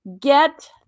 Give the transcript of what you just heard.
get